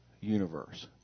universe